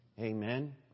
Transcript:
Amen